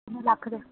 lakh ਦਾ